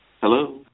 Hello